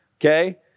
Okay